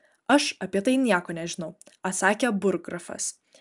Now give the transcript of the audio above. aš apie tai nieko nežinau atsakė burggrafas